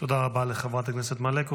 תודה רבה לחברת הכנסת מלקו.